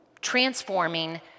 transforming